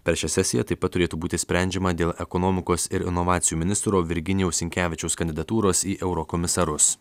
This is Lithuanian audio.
per šią sesiją taip pat turėtų būti sprendžiama dėl ekonomikos ir inovacijų ministro virginijaus sinkevičiaus kandidatūros į eurokomisarus